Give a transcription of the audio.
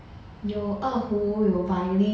有二胡有 violin